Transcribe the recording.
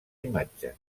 imatge